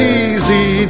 easy